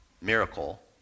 miracle